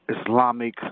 Islamic